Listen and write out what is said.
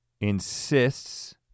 insists